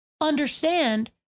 understand